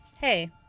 hey